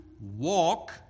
walk